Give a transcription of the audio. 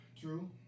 true